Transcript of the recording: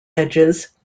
edges